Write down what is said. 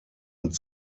und